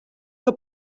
que